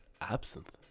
Absinthe